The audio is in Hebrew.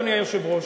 אדוני היושב-ראש,